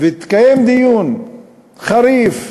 והתקיים דיון חריף,